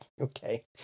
okay